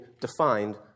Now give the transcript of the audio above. defined